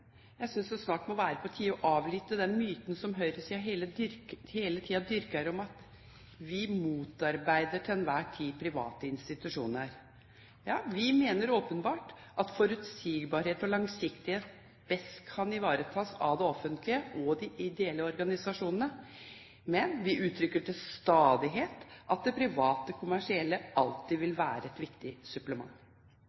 Jeg synes det snart må være på tide å avlive den myten som høyresida hele tida dyrker om at vi til enhver tid motarbeider private institusjoner. Ja, vi mener åpenbart at forutsigbarhet og langsiktighet best kan ivaretas av det offentlige og av de ideelle organisasjonene, men vi uttrykker til stadighet at de private kommersielle alltid vil